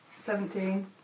Seventeen